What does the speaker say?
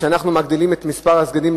כאשר אנחנו מגדילים את מספר הסגנים,